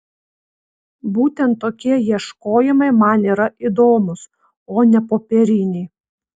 būtent tokie ieškojimai man yra įdomūs o ne popieriniai